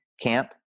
camp